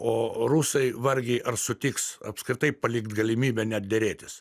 o rusai vargiai ar sutiks apskritai palikti galimybę net derėtis